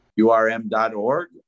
URM.org